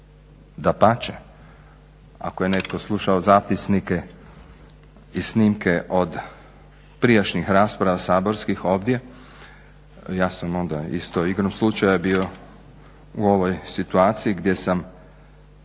dapače, ako je netko slušao zapisnike i snimke od prijašnjih saborskih rasprava ovdje, ja sam onda isto igrom slučaja bio u ovoj situaciji gdje sam